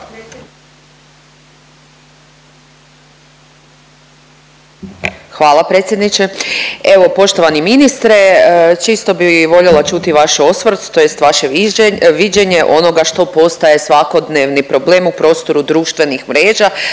Hvala predsjedniče. Evo poštovani ministre, čisto bi voljela čut vaš osvrt tj. vaše viđenje onoga što postaje svakodnevni problem u prostoru društvenih mreža